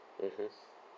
mmhmm